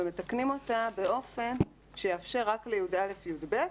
ומתקנים אותה באופן שיאפשר רק לי"א-י"ב,